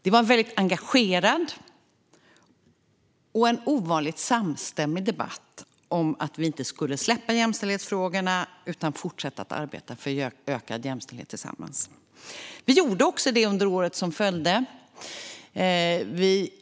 Det var en väldigt engagerad och ovanligt samstämmig debatt om att vi inte skulle släppa jämställdhetsfrågorna utan fortsätta att arbeta för ökad jämställdhet tillsammans. Detta gjorde vi också under året som följde.